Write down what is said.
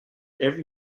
every